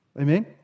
Amen